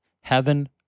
Heaven